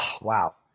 wow